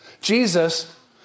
Jesus